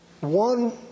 one